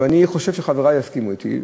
ואני חושב שחברי יסכימו אתי,